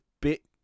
bit